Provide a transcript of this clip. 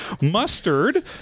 mustard